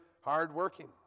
hardworking